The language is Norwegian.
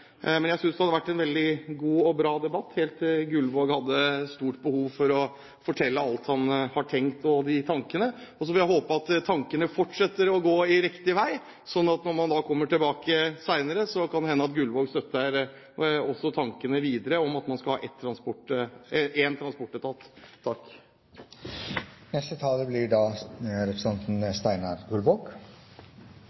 Jeg synes det har vært en god debatt, helt til Gullvåg hadde et stort behov for å fortelle om alle de tankene han har tenkt. Så får jeg håpe at tankene fortsetter å gå riktig vei, slik at når man kommer tilbake senere, kan det hende at Gullvåg støtter tanken om at man skal ha én transportetat. Jeg føler behov for å betakke meg for en